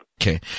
Okay